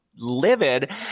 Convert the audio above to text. livid